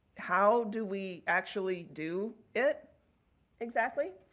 how do we actually do it exactly?